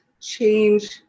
change